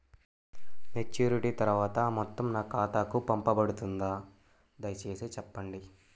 Maturity తర్వాత ఆ మొత్తం నా ఖాతాకు పంపబడుతుందా? దయచేసి చెప్పండి?